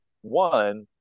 One